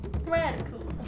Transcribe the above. Radical